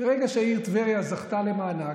ברגע שהעיר טבריה זכתה למענק,